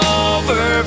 over